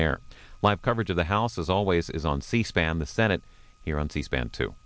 there live coverage of the house as always is on c span the senate here on c span to